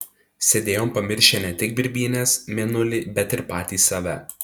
sėdėjom pamiršę ne tik birbynes mėnulį bet ir patys save